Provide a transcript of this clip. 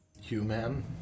Human